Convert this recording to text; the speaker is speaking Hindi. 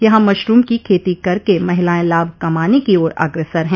यहां मशरूम की खेती करके महिलाएं लाभ कमाने की ओर अग्रसर है